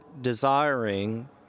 desiring